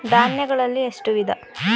ಧಾನ್ಯಗಳಲ್ಲಿ ಎಷ್ಟು ವಿಧ?